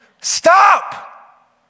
Stop